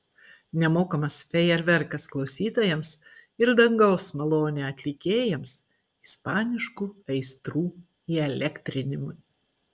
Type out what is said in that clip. nemokamas fejerverkas klausytojams ir dangaus malonė atlikėjams ispaniškų aistrų įelektrinimui